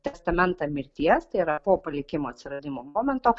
testamentą mirties tai yra po palikimo atsiradimo momento